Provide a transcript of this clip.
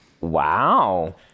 Wow